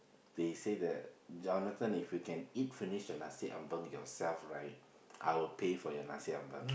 they say that Jonathan if you can eat finish the nasi-ambeng yourself right I will pay for the nasi-ambeng